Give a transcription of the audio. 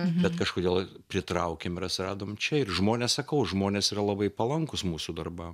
bet kažkodėl pritraukėm ir atsiradom čia ir žmonės sakau žmonės yra labai palankūs mūsų darbams